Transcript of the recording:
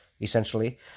essentially